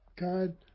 God